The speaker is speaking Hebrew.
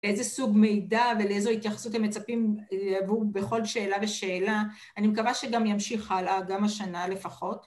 ‫איזה סוג מידע ולאיזו התייחסות ‫הם מצפים לבוא בכל שאלה ושאלה, ‫אני מקווה שגם ימשיך ‫הלאה גם השנה לפחות.